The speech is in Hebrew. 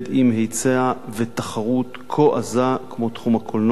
היצע ותחרות כה עזה כמו תחום הקולנוע,